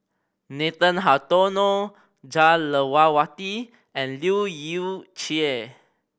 Nathan Hartono Jah Lelawati and Leu Yew Chye